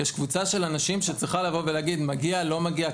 יש קבוצה של אנשים שצריכה לבוא ולהגיד מגיע לא מגיע,